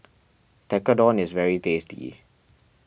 Tekkadon is very tasty